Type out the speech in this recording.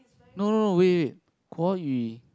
no no no wait wait wait 国语